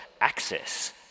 access